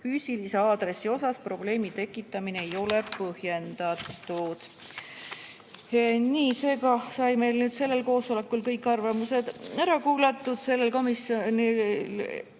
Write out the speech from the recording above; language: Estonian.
Füüsilise aadressi osas probleemi tekitamine ei ole põhjendatud. Seega said meil sellel koosolekul kõik arvamused ära kuulatud,